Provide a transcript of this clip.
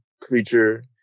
creature